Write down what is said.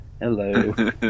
Hello